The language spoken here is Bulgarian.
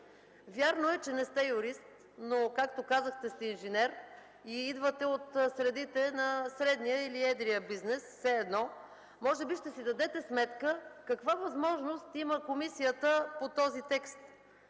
Вярно е, че не сте юрист, но както казахте –инженер сте и идвате от средите на средния или едрия бизнес, все едно. Може би ще си дадете сметка каква възможност има комисията по този текст